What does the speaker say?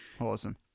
Awesome